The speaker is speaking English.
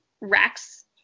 Rex